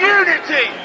unity